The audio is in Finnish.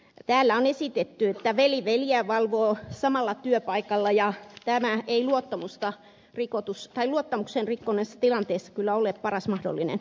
täällä on esitetty että veli veljeä valvoo samalla työpaikalla ja tämä ei luottamuksen rikkoneessa tilanteessa kyllä ole paras mahdollinen asia